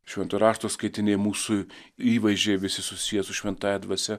švento rašto skaitiniai mūsų įvaizdžiai visi susiję su šventąja dvasia